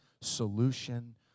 solution